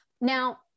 Now